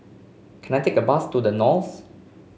can I take a bus to The Knolls